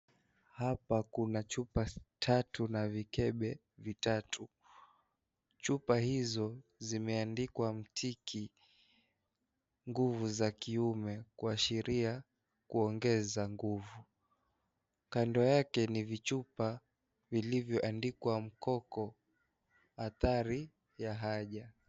Hapa kuna chupa tatu na vikepe vitatu. Chupa hizo zimeandikwa, mtiki ,nguvu za kiume, kuashiria kuongeza nguvu. Kando yake ni vichupa vilivyoandikwa, mkoko, athari ya haja.